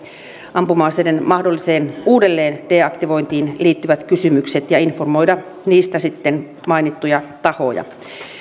ampuma aseiden mahdolliseen uudelleen deaktivointiin liittyvät kysymykset ja informoida niistä sitten mainittuja tahoja